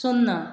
ଶୂନ